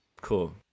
cool